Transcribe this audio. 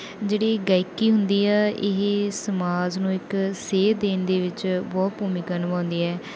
ਜਿਹੜੀ ਗਾਇਕੀ ਹੁੰਦੀ ਆ ਇਹ ਸਮਾਜ ਨੂੰ ਇੱਕ ਸੇਧ ਦੇਣ ਦੇ ਵਿੱਚ ਬਹੁਤ ਭੂਮਿਕਾ ਨਿਭਾਉਂਦੀ ਹੈ